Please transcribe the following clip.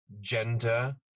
gender